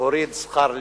להוריד שכר לימוד".